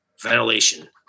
ventilation